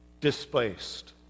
displaced